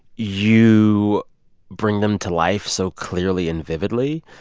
you bring them to life so clearly and vividly.